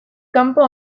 kanpo